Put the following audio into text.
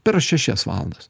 per šešias valandas